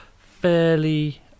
fairly